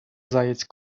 заяць